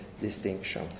distinction